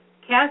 Cast